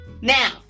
Now